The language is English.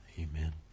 Amen